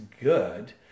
good